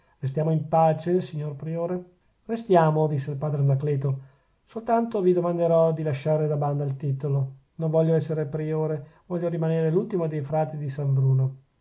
restiamo in pace signor priore restiamo disse il padre anacleto soltanto vi domanderò di lasciare da banda il titolo non voglio esser priore voglio rimanere l'ultimo dei frati di san bruno